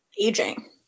aging